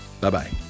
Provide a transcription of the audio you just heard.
Bye-bye